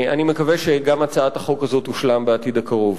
אני מקווה שגם הצעת החוק הזאת תושלם בעתיד הקרוב.